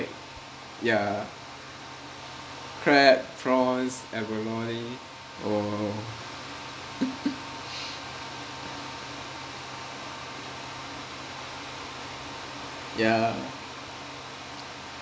ya crab prawns abalone or yeah